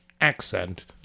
accent